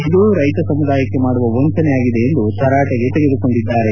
ಇದು ರೈತ ಸಮುದಾಯಕ್ಕೆ ಮಾಡುವ ವಂಚನೆಯಾಗಿದೆ ಎಂದು ತರಾಟೆಗೆ ತೆಗೆದುಕೊಂಡರು